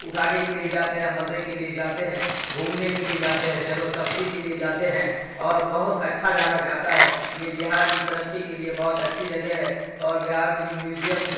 اٹھانے کے لیے جاتے ہیں مزے کے لیے جاتے ہیں گھومنے کے لیے جاتے ہیں سیر و تفریح کے لیے جاتے ہیں اور بہت اچھا جانا جاتا ہے یہ بہار کی ترقی کے لیے بہت اچھی جگہ ہے اور بہار میں میوذیم